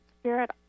Spirit